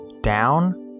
down